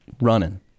running